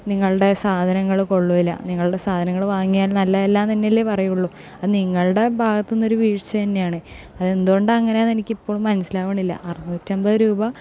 നിങ്ങളുടെ സാധനങ്ങള് കൊള്ളില്ല നിങ്ങളുടെ സാധനങ്ങൾ വാങ്ങിയാൽ നല്ലതല്ല എന്നല്ലേ പറയുകയുള്ളു അത് നിങ്ങളുടെ ഭാഗത്ത് നിന്നൊരു വീഴ്ച തന്നെയാണ് അത് എന്ത് കൊണ്ടാണ് എങ്ങനെ എനിക്ക് ഇപ്പോളും മനസിലാവുന്നില്ല അറുന്നൂറ്റിഅമ്പത് രൂപ